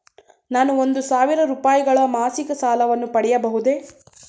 ನಾನು ಒಂದು ಸಾವಿರ ರೂಪಾಯಿಗಳ ಮಾಸಿಕ ಸಾಲವನ್ನು ಪಡೆಯಬಹುದೇ?